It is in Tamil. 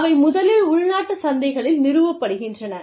அவை முதலில் உள்நாட்டு சந்தைகளில் நிறுவப்படுகின்றன